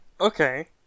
Okay